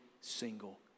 single